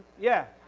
yeah.